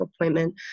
appointment